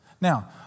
Now